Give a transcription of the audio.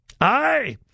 Aye